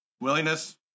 willingness